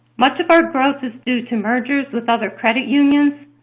much of our growth is due to mergers with other credit unions,